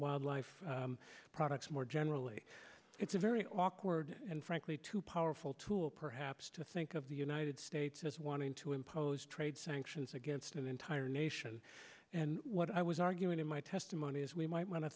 wildlife products more generally it's a very awkward and frankly too powerful tool perhaps to think of the united states as wanting to impose trade sanctions against an entire nation and what i was arguing in my testimony is we might want to